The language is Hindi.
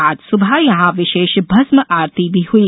आज सुबह यहां विशेष भस्म आरती भी हुई